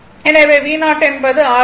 எனவே V0 என்பது r 120